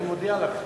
אני מודיע לכם.